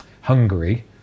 Hungary